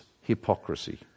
hypocrisy